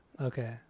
Okay